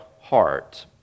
heart